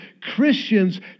Christians